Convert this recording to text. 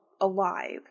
alive